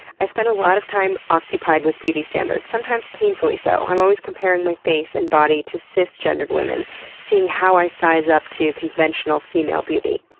i spend a lot of time occupied with beauty standards, sometimes painfully so. i'm always comparing my face and my body to cis-gendered women seeing how i size up to conventional female beauty.